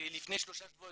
ולפני שלושה שבועות,